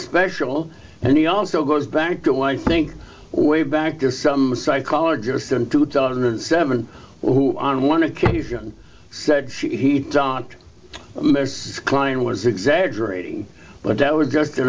special and he also goes back to i think way back to some psychologist in two thousand and seven on one occasion said she he doctor klein was exaggerating but that was just an